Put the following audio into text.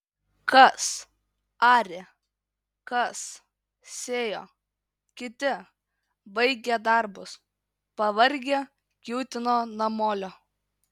kas arė kas sėjo kiti baigę darbus pavargę kiūtino namolio